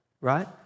Right